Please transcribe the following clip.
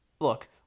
Look